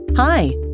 Hi